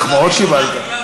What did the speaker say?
איזה מחמאות קיבלת.